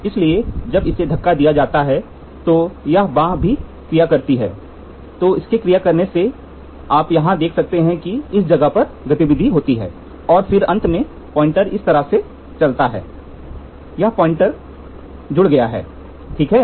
इसलिए जब इसे धक्का दिया जाता है तो यह बांह भी क्रिया करती है तो इसके क्रिया करने से आप यहां देख सकते हैं कि इस जगह परगतिविधि होती है और फिर अंत में पॉइंटर इस तरह से चलता है इस तरह से यहां पॉइंटर जुड़ गया है ठीक है